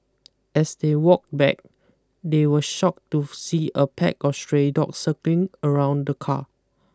as they walked back they were shocked to see a pack of stray dogs circling around the car